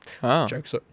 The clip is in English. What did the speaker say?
Joke's